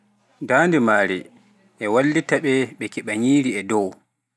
dande maare e wallitaɓe ɓe keɓa nyiri e dow.